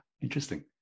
Interesting